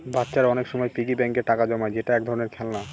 বাচ্চারা অনেক সময় পিগি ব্যাঙ্কে টাকা জমায় যেটা এক ধরনের খেলনা